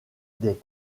des